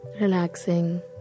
relaxing